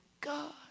God